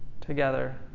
Together